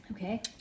Okay